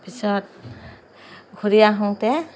পিছত ঘূৰি আহোঁতে